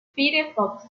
firefox